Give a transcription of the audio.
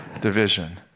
division